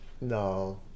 No